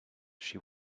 she